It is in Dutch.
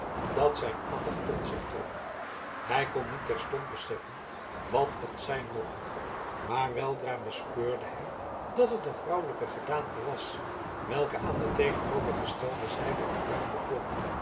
dat zijn aandacht tot zich trok hij kon niet terstond beseffen wat het zijn mocht maar weldra bespeurde hij dat het een vrouwelijke gedaante was welke aan de tegenovergestelde zijde het duin